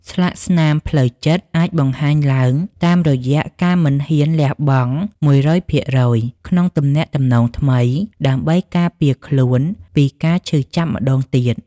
ស្លាកស្នាមផ្លូវចិត្តអាចបង្ហាញឡើងតាមរយៈការមិនហ៊ានលះបង់ ១០០% ក្នុងទំនាក់ទំនងថ្មី ដើម្បីការពារខ្លួនពីការឈឺចាប់ម្តងទៀត។